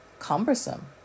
Cumbersome